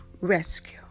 rescue